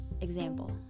Example